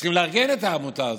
צריכים לארגן את העמותה הזאת,